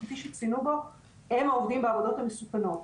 וכפי שציינו פה הם העובדים בעבודות המסוכנות.